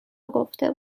گفته